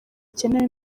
ikeneye